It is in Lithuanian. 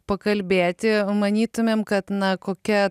pakalbėti manytumėm kad na kokia